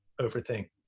overthink